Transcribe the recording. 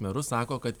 merus sako kad